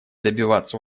добиваться